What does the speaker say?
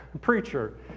preacher